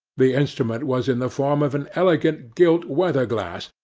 the instrument was in the form of an elegant gilt weather-glass,